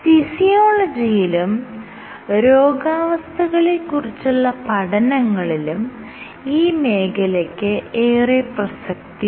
ഫിസിയോളജിയിലും രോഗാവസ്ഥകളെ കുറിച്ചുള്ള പഠനങ്ങളിലും ഈ മേഖലയ്ക്ക് ഏറെ പ്രസക്തിയുണ്ട്